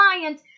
client